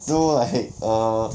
you know I hate err